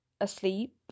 asleep